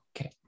Okay